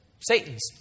Satan's